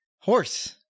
Horse